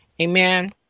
Amen